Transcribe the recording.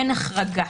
אין החרגה.